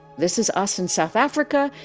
this is us in south africa.